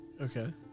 Okay